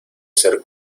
ser